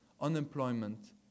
unemployment